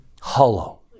Hollow